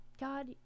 god